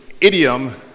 idiom